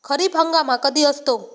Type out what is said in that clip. खरीप हंगाम हा कधी असतो?